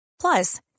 Plus